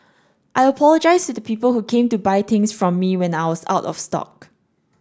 I apologise to the people who came to buy things from me when I was out of stock